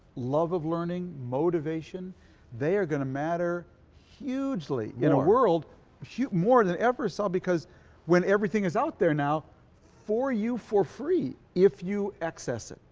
love of learning, motivation they are going to matter hugely in a world more than ever sal because when everything is out there now for you for free if you access it,